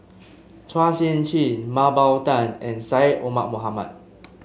Chua Sian Chin Mah Bow Tan and Syed Omar Mohamed